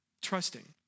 trusting